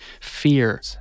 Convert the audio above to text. fear